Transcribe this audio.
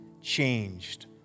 changed